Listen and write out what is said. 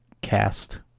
cast